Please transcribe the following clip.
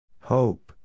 Hope